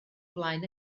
flaen